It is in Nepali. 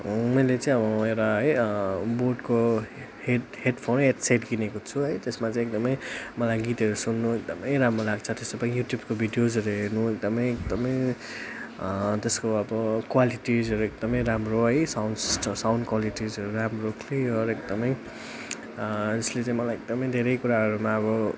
मैले चाहिँ अब एउटा है बोटको हेड हेडफोन हेडसेट किनेको छु है त्यसमा चाहिँ एकदमै मलाई गीतहरू सुन्नु एकदमै राम्रो लाग्छ त्यो सबै युट्युबको भिडियोजहरू हेर्नु एकदमै एकदमै त्यसको अब क्वालिटिजहरू एकदमै राम्रो है साउन्ड सिस्ट साउन्ड क्वालिटीजहरू राम्रो क्लियर एकदमै यसले चाहिँ मलाई एकदमै धेरै कुराहरूमा अब